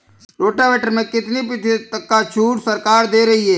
Rotavator में कितनी प्रतिशत का छूट सरकार दे रही है?